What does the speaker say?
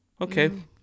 Okay